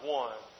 one